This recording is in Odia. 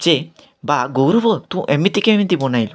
ଯେ ବା ଗୌରବ ତୁ ଏମିତି କେମିତି ବନାଇଲୁ